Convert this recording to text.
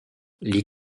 les